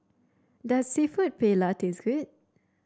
does seafood Paella taste good